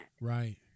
Right